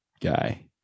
guy